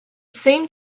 seemed